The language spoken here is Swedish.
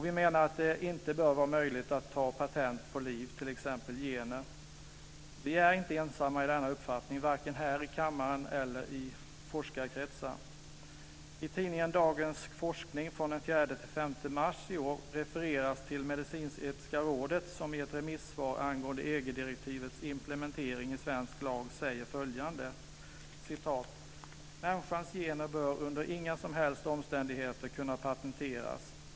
Vi menar att det inte bör vara möjligt att ta patent på liv, t.ex. gener. Vi är inte ensamma i denna uppfattning, vare sig här i kammaren eller i forskarkretsar. I tidningen Dagens Forskning från den 4-5 mars i år refereras till medicinsk-etiska rådet som i ett remissvar angående EG-direktivets implementering i svensk lag säger följande: "Människans gener bör under inga som helst omständigheter kunna patenteras.